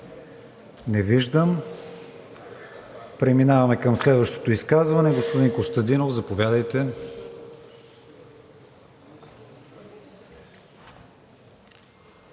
Не виждам. Преминаваме към следващото изказване. Господин Костадинов, заповядайте.